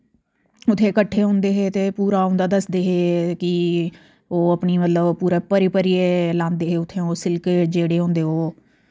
उत्थें कट्ठे होंदे हे ते पूरा उंदा दसदे हे की ओह् अपनी मतलव पूरे भरी भरिये लांदे हे उत्थें ओ सिल्क जेह्ड़े होंदे ओह्